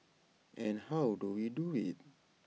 and how do we do IT